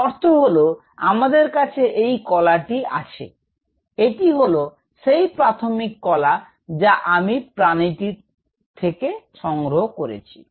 এর অর্থ হল আমার কাছে এই কলাটি আছে এটি হল সেই প্রাথমিক কলাটি যা আমি প্রানীটির থেকে সংগ্রহ করেছি